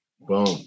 boom